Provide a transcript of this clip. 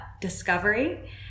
Discovery